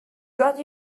got